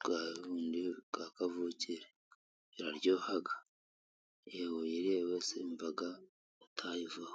bwa bwa kavukire, iraryoha uwayiriye wese yumva atayivaho.